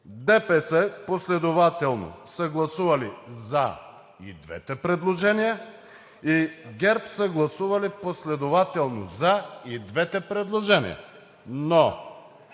ДПС последователно са гласували за и двете предложения, ГЕРБ са гласували последователно за и двете предложения,